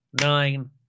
nine